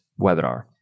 webinar